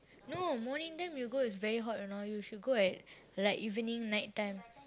no morning then you go is very hot you know you should go at like evening night time